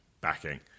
backing